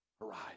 arise